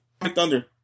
Thunder